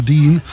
Dean